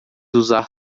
usar